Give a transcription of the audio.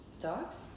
Dogs